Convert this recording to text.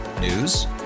News